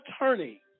attorney